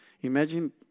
Imagine